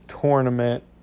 tournament